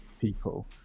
people